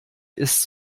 ist